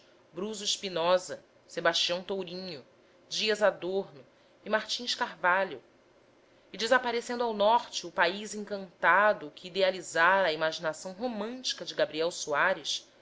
spinosa sebastião tourinho dias adorno e martins carvalho e desaparecendo ao norte o país encantado que idealizara a imaginação romântica de gabriel soares